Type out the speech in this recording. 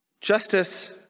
Justice